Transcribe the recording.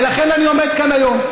ולכן אני עומד כאן היום.